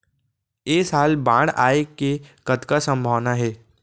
ऐ साल बाढ़ आय के कतका संभावना हे?